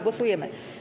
Głosujemy.